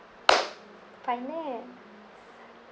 finance